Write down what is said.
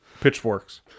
pitchforks